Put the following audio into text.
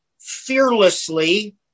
fearlessly